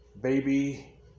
baby